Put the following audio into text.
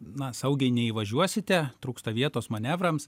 na saugiai neįvažiuosite trūksta vietos manevrams